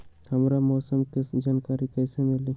हमरा मौसम के जानकारी कैसी मिली?